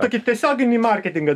tokį tiesioginį marketingą